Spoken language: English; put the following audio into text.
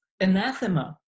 anathema